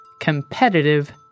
competitive